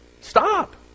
Stop